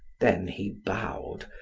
then he bowed,